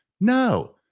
No